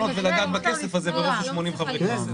ולגעת בכסף הזה ברוב של 80% חברי כנסת.